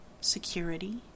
Security